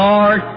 Lord